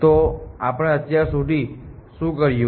તો આપણે અત્યાર સુધી શું કર્યું છે